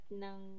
ng